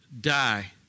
die